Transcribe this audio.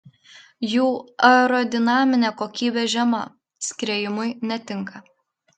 jų aerodinaminė kokybė žema skriejimui netinka